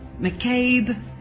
McCabe